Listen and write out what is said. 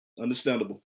Understandable